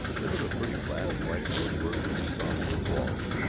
it was a pretty flat, of white woodwork and soft blue walls.